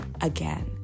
again